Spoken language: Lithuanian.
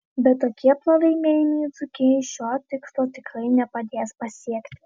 bet tokie pralaimėjimai dzūkijai šio tikslo tikrai nepadės pasiekti